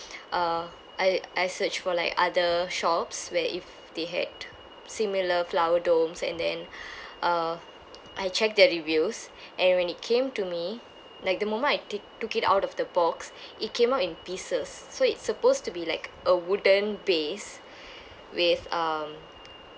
uh I I search for like other shops where if they had similar flower domes and then uh I check their reviews and when it came to me like the moment I ta~ took it out of the box it came out in pieces so it's supposed to be like a wooden base with um